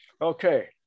Okay